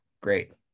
great